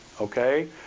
okay